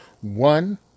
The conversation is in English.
one